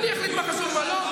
אני אחליט מה חשוב ומה לא.